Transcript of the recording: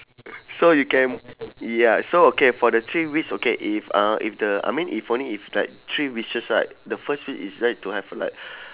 so you can ya so okay for the three wish okay if uh if the I mean if only if like three wishes right the first wish is right to have like